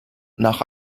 nach